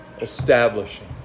establishing